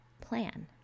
plan